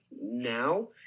now